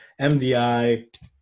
MDI